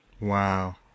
Wow